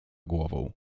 głową